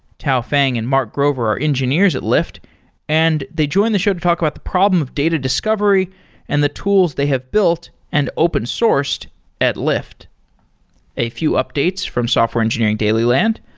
tao feng and mark grover are engineers at lyft and they join the show to talk about the problem of data discovery and the tools they have built and open sourced at lyft a few updates from software engineering daily land.